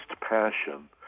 Passion